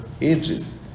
ages